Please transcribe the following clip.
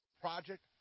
project